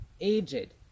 aged